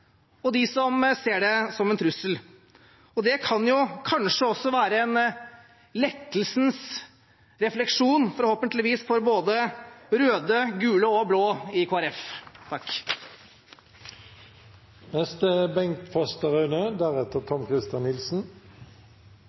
og dem som ser det som en trussel. Det kan kanskje også være en lettelsens refleksjon, forhåpentligvis for både røde, gule og blå i